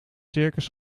circus